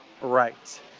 Right